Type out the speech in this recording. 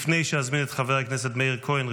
לפני שאזמין את חבר הכנסת מאיר כהן,